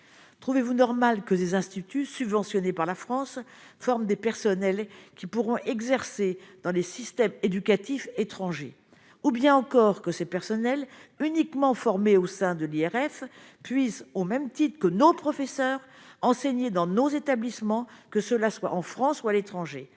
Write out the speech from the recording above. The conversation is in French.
trouvez-vous normal que des instituts subventionné par la France forme des personnels qui pourront exercer dans les systèmes éducatifs étrangers ou bien encore que ces personnels uniquement formé au sein de l'IRF puissent, au même titre que nos professeurs enseigner dans nos établissements, que cela soit en France ou à l'étranger,